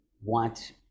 want